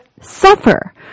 suffer